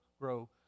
grow